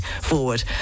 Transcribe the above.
forward